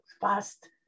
fast